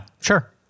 sure